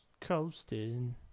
Coasting